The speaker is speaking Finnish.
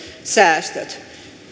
säästöt